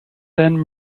then